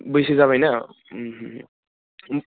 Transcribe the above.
बैसा जाबाय न'